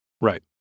Right